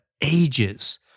ages